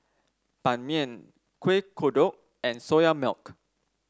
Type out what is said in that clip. Ban Mian Kueh Kodok and Soya Milk